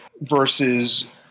versus